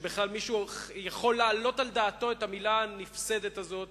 שבכלל מישהו יכול להעלות על דעתו את המלה הנפסדת הזאת,